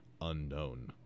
unknown